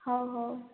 ହଉ ହଉ